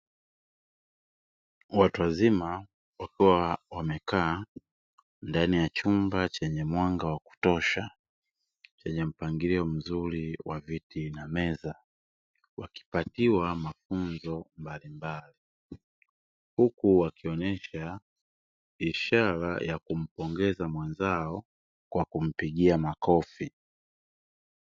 Watu wazima wakiwa wamekaa ndani ya chumba chenye mwanga wa kutosha chenye mpangilio mzuri wa viti na meza, wakipatiwa mafunzo mbalimbali, huku wakionyesha ishara ya kumpongeza mwenzao kwa kumpigia makofi.